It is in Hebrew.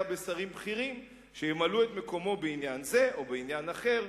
בשרים בכירים שימלאו את מקומו בעניין זה או בעניין אחר,